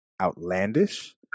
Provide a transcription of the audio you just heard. Outlandish